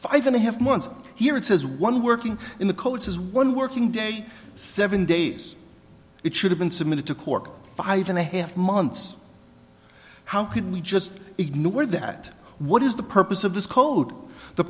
five and a half months here it says one working in the codes as one working day seven days it should have been submitted to cork five and a half months how can we just ignore that what is the purpose of this code the